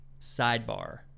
sidebar